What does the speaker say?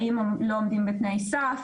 האם הם לא עומדים בתנאי סף,